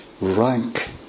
rank